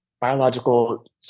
biological